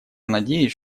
надеюсь